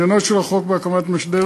עניינו של החוק בהקמת משדר